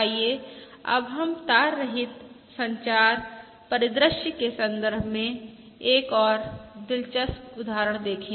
आइए अब हम तार रहित संचार परिदृश्य के संदर्भ में एक और दिलचस्प उदाहरण देखें